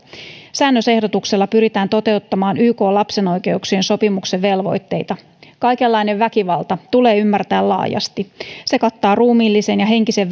säännösehdotuksella pyritään toteuttamaan ykn lapsen oikeuksien sopimuksen velvoitteita kaikenlainen väkivalta tulee ymmärtää laajasti se kattaa ruumiillisen ja henkisen